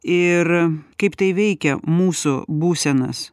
ir kaip tai veikia mūsų būsenas